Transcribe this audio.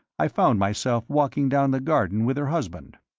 i found myself walking down the garden with her husband.